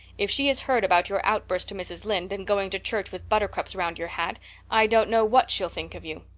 if she has heard about your outburst to mrs. lynde and going to church with buttercups round your hat i don't know what she'll think of you.